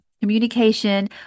communication